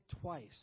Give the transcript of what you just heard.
twice